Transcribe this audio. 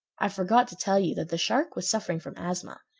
i forgot to tell you that the shark was suffering from asthma,